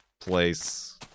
place